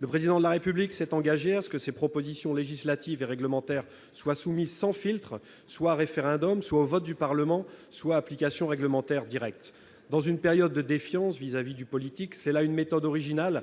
Le Président de la République a pris l'engagement que leurs propositions législatives et réglementaires seraient soumises, sans filtre, soit à référendum, soit au vote du Parlement, soit à application réglementaire directe. Dans une période de défiance vis-à-vis du politique, c'est là une méthode originale,